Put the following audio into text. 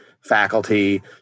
faculty